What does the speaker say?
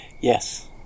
Yes